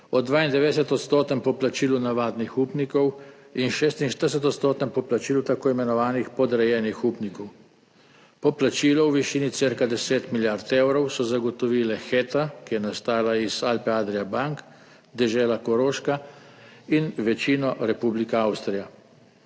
poplačilu navadnih upnikov in 46-odstotnem poplačilu tako imenovanih podrejenih upnikov. Poplačilo v višini cirka 10 milijard evrov so zagotovile Heta, ki je nastala iz Alpe Adria Bank, dežela Koroška in večino Republika Avstrija.